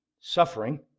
suffering